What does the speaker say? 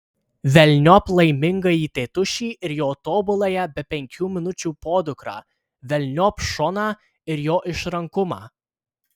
velniop laimingąjį tėtušį ir jo tobuląją be penkių minučių podukrą velniop šoną ir jo išrankumą